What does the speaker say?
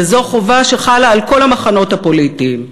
וזו חובה שחלה על כל המחנות הפוליטיים,